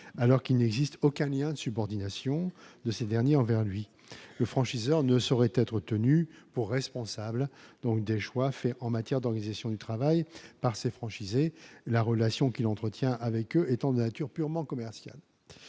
alors qu'il n'existe aucun lien de subordination de ces derniers envers lui le franchiseur ne saurait être tenu pour responsable, donc des choix faits en matière d'organisation du travail par ses franchisés, la relation qu'il entretient avec eux étant de nature purement commercial,